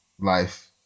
Life